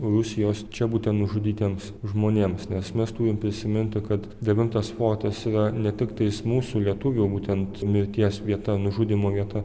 rusijos čia būtent nužudytiems žmonėms nes mes turim prisiminti kad devintas fortas yra ne tiktais mūsų lietuvių būtent mirties vieta nužudymo vieta